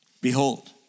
Behold